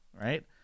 right